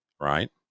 right